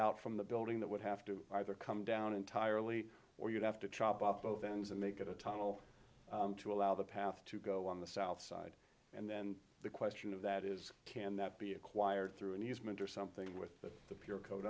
out from the building that would have to either come down entirely or you'd have to chop up both ends and make it a tunnel to allow the path to go on the south side and then the question of that is can that be acquired through and has meant or something with the pure code